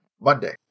Monday